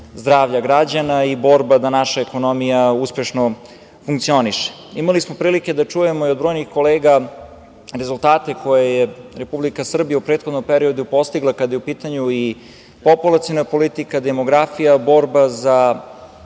zdravlja građana i borba da naša ekonomija uspešno funkcioniše. Imali smo prilike da čujemo i od brojnih kolega rezultate koje je Republika Srbija u prethodnom periodu postigla, kada je u pitanju i populaciona politika, demografija, borba za